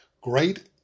Great